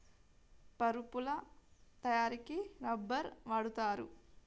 పరుపుల తయారికి రబ్బర్ వాడుతారు